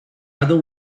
other